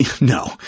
no